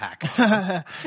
hack